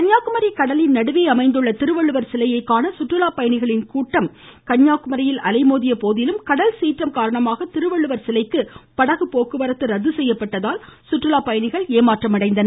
கன்னியாகுமரி கடலின் நடுவே அமைந்துள்ள திருவள்ளுவர் சிலையை காண சுற்றுலாப்பயணிகளின் கூட்டம் கன்னியாகுமரியில் அலைமோதிய போதிலும் கடல் சீற்றம் காரணமாக திருவள்ளுவர் சிலைக்கு படகு போக்குவரத்து ரத்து செய்யப்பட்டதால் சுற்றுலாப் பயணிகள் ஏமாற்றமடைந்தனர்